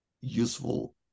useful